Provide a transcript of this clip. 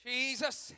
Jesus